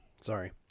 Sorry